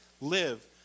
live